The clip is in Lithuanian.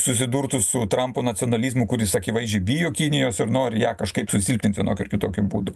susidurtų su trampo nacionalizmu kuris akivaizdžiai bijo kinijos ir nori ją kažkaip susilpnint vienokiu ar kitokiu būdu